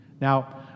Now